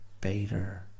Bader